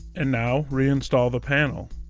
and now, reinstall the panel.